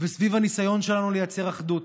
וסביב הניסיון שלנו לייצר אחדות.